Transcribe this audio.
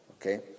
Okay